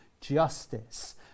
justice